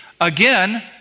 Again